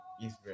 Israel